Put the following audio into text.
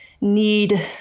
need